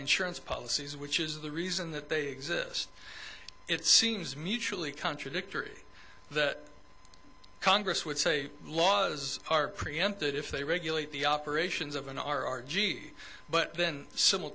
insurance policies which is the reason that they exist it seems mutually contradictory that congress would say laws are preempted if they regulate the operations of an r r g but then simil